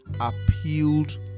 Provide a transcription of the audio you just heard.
appealed